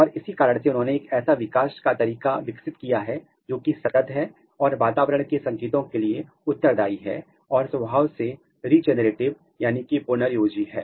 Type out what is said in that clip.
और इसी कारण से उन्होंने एक ऐसा विकास का तरीका विकसित किया है जो कि सतत है और वातावरण के संकेतों के लिए उत्तरदाई है और स्वभाव से रीजेनरेटिव पुनर्योजी है